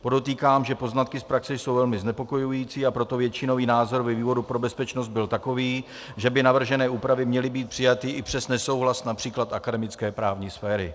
Podotýkám, že poznatky z praxe jsou velmi znepokojující, a proto většinový názor ve výboru pro bezpečnost byl takový, že by navržené úpravy měly být přijaty i přes nesouhlas například akademické právní sféry.